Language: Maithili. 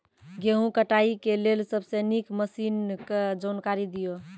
गेहूँ कटाई के लेल सबसे नीक मसीनऽक जानकारी दियो?